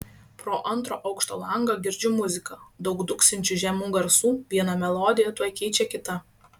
pro antro aukšto langą girdžiu muziką daug dunksinčių žemų garsų viena melodija tuoj keičia kitą